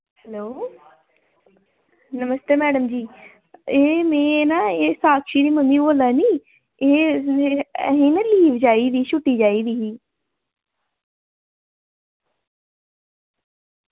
hello नमस्तै madam जी एह् में ना एह् साक्षी दी मम्मी बोल्ला नी एह् मेरे ना लीव चाहिदी ही छुट्टी चाहिदी ही